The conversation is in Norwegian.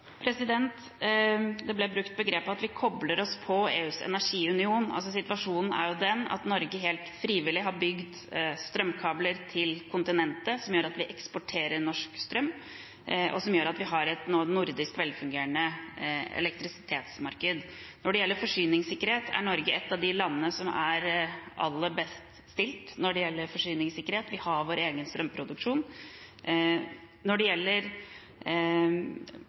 Begrepet at vi kobler oss på EUs energiunion, ble brukt. Situasjonen er jo den at Norge helt frivillig har bygd strømkabler til kontinentet, som gjør at vi eksporterer norsk strøm, og som gjør at vi har et nordisk velfungerende elektrisitetsmarked. Når det gjelder forsyningssikkerhet, er Norge et av de landene som er aller best stilt. Vi har vår egen strømproduksjon. Når det gjelder